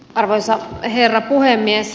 arvoisa herra puhemies